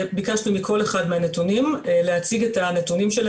ביקשתי מכל אחד מהמשרדים להציג את הנתונים על